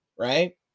right